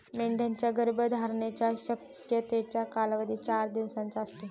मेंढ्यांच्या गर्भधारणेच्या शक्यतेचा कालावधी चार दिवसांचा असतो